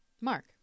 Mark